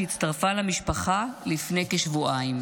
שהצטרפה למשפחה לפני כשבועיים.